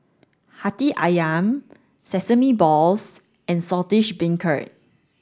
Hati Ayam sesame balls and Saltish Beancurd